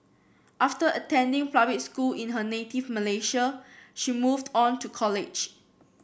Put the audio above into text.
after attending public school in her native Malaysia she moved on to college